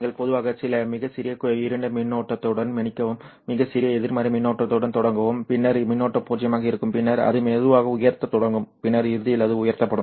எனவே நீங்கள் பொதுவாக சில மிகச் சிறிய இருண்ட மின்னோட்டத்துடன் மன்னிக்கவும் மிகச் சிறிய எதிர்மறை மின்னோட்டத்துடன் தொடங்கவும் பின்னர் மின்னோட்டம் பூஜ்ஜியமாக இருக்கும் பின்னர் அது மெதுவாக உயர்த்தத் தொடங்கும் பின்னர் இறுதியில் அது உயர்த்தப்படும்